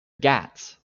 ghats